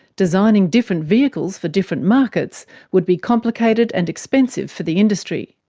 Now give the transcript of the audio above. designing different vehicles for different markets would be complicated and expensive for the industry.